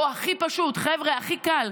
או הכי פשוט, חבר'ה, הכי קל: